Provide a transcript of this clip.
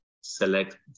select